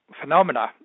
phenomena